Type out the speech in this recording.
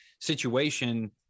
situation